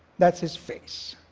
that's his face.